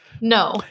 No